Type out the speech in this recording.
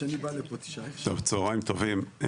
צוהריים טובים,